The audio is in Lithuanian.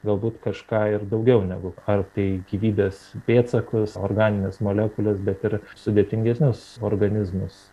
galbūt kažką ir daugiau negu ar tai gyvybės pėdsakus organines molekules bet ir sudėtingesnius organizmus